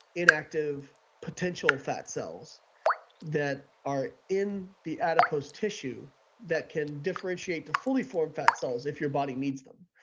inactive potential fat cells that are in the adipose tissue that can differentiate to fully formed fat cells if your body needs them.